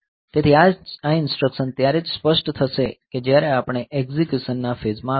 તેથી આ ઇન્સટ્રકશન ત્યારે જ સ્પષ્ટ થશે કે જ્યારે આપણે એકઝીક્યુશનના ફેઝ માં આવીશું